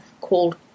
called